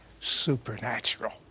supernatural